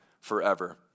forever